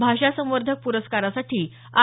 भाषा संवर्धक प्रस्कारासाठी आर